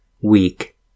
weak